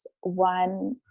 one